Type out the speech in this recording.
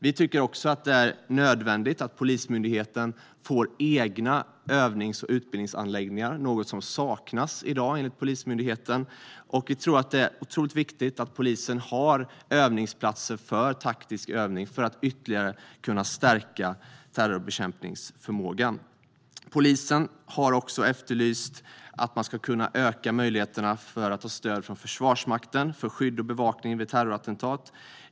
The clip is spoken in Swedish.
Vi tycker också att det är nödvändigt att Polismyndigheten får egna övnings och utbildningsanläggningar, vilket är något som saknas i dag enligt Polismyndigheten. Vi tror att det är otroligt viktigt att polisen har övningsplatser för taktisk övning för att ytterligare kunna stärka terrorbekämpningsförmågan. Polisen har också efterlyst att man ska kunna öka möjligheterna för att ha stöd från Försvarsmakten för skydd och bevakning vid terrorattentat.